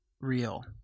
real